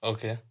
Okay